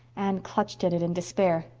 anne clutched at it in despair.